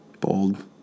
bold